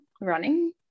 running